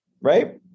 right